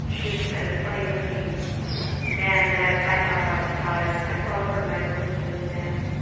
this kind of funny looking man that i i have outside. i call her my eunsoon man.